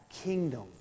kingdom